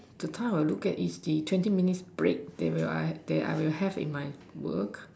the time I will look at is the twenty minutes break that I will have at my work